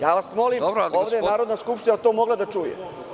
Ja vas molim, ovde je Narodna skupština to mogla da čuje.